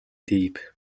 deep